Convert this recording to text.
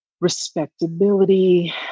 respectability